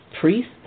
Priest